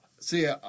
See